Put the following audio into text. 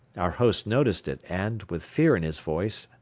our host noticed it and, with fear in his voice,